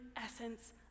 essence